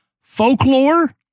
folklore